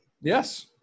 Yes